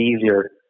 easier